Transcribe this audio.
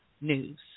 news